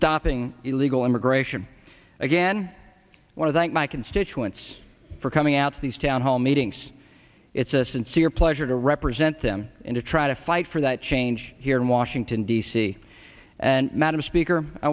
stopping illegal immigration again one of the my constituents for coming out of these town hall meetings it's a sincere pleasure to represent them in to try to fight for that change here in washington d c and madam speaker i